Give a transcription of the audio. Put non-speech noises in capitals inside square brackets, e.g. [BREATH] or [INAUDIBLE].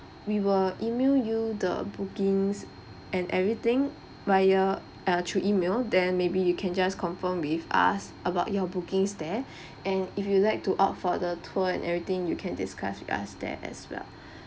we will email you the bookings and everything via uh through email then maybe you can just confirm with us about your bookings there [BREATH] and if you'd like to opt for the tour and everything you can discuss with us there as well [BREATH]